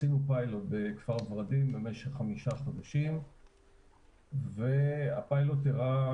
עשינו פיילוט בכפר ורדים במשך חמישה חודשים והפיילוט הראה